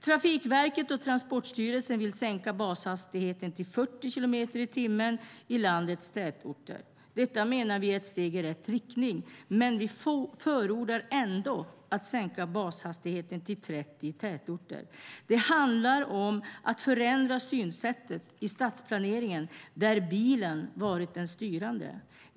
Trafikverket och Transportstyrelsen vill sänka bashastigheten till 40 kilometer i timmen i landets tätorter. Detta menar vi är ett steg i rätt riktning, men vi förordar ändå att bashastigheten sänks till 30 kilometer i timmen i tätorter. Det handlar om att förändra synsättet i stadsplaneringen där bilen varit den styrande.